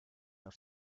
auf